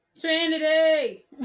Trinity